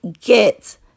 get